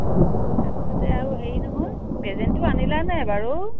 অঁ তাৰপিছতে আৰু হেৰি নহয় প্ৰেজেন্টটো আনিলা নাই বাৰু